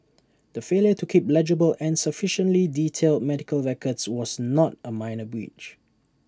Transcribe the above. the failure to keep legible and sufficiently detailed medical records was not A minor breach